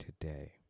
today